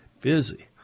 busy